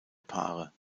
paare